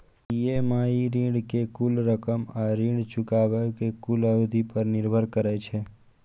EMI ऋण के कुल रकम आ ऋण चुकाबै के कुल अवधि पर निर्भर करै छै